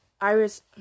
Iris